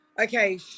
Okay